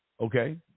okay